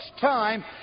time